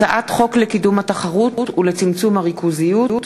הצעת חוק לקידום התחרות ולצמצום הריכוזיות,